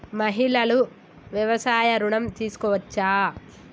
మహిళలు వ్యవసాయ ఋణం తీసుకోవచ్చా?